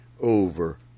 over